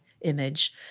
image